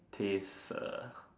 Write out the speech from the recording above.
taste err